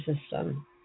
system